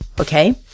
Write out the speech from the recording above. okay